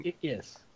Yes